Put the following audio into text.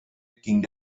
ging